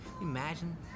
imagine